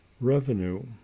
revenue